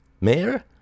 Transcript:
Mayor